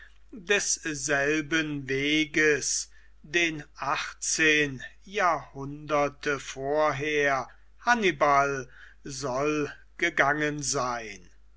desselben weges den achtzehn jahrhunderte vorher hannibal soll gegangen sein